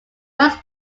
diverse